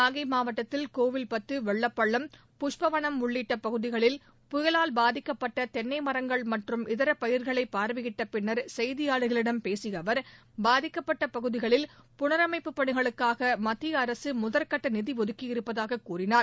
நாகை மாவட்டத்தில் கோவில் பத்து வெள்ளப்பள்ளம் புஷ்பவனம் உள்ளிட்ட பகுதிகளில் புயலால் பாதிக்கப்பட்ட தென்னை மரங்கள் மற்றும் இதர பயிர்களை பார்வையிட்ட பின்னர் செய்தியாளர்களிடம் பேசிய அவர் பாதிக்கப்பட்ட பகுதிகளில் புனரமைப்பு பணிகளுக்காக மத்தியஅரசு முதற்கட்ட நிதி ஒதுக்கியிருப்பதாக கூறினார்